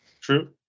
True